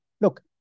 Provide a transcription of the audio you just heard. Look